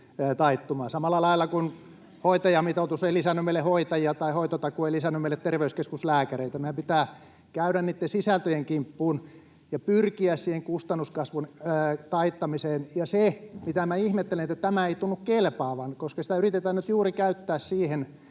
samalla lailla kuin hoitajamitoitus ei lisännyt meille hoitajia tai hoitotakuu ei lisännyt terveyskeskuslääkäreitä. Meidän pitää käydä niitten sisältöjen kimppuun ja pyrkiä siihen kustannuskasvun taittamiseen. Ja se, mitä minä ihmettelen, on, että tämä ei tunnu kelpaavan, koska sitä yritetään nyt käyttää juuri